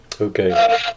okay